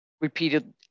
repeated